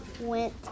went